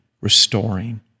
restoring